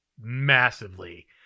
massively